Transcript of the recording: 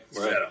right